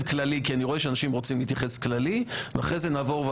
אבל איך אפשר לעשות תקדים אם אין לנו את החוק